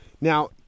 now